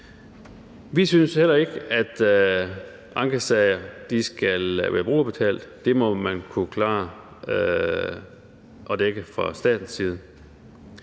Vi synes heller ikke, at ankesager skal være brugerbetalte; det må man kunne klare at dække fra statens side.